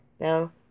Now